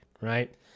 right